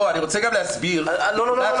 רוצה גם להסביר נקודה אחת קריטית.